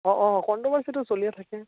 অ' অ' কন্ট্ৰভাৰ্চিটো চলিয়ে থাকে